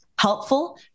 helpful